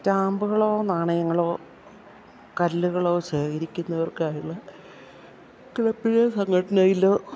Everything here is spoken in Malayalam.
സ്റ്റാമ്പ്കളോ നാണയങ്ങളോ കല്ലുകളോ ശേഖരിക്കുന്നവർക്കായുള്ള ക്ലബ്ബിലോ സംഘടനയിലോ